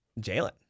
Jalen